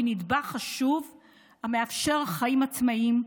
והיא נדבך חשוב המאפשר חיים עצמאיים,